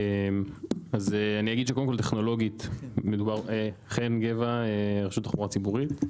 אני מהרשות לתחבורה ציבורית.